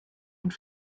und